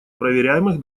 проверяемых